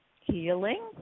healing